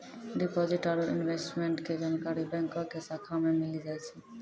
deposit आरू investment के जानकारी बैंको के शाखा मे मिली जाय छै